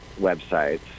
websites